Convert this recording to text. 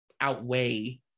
outweigh